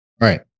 Right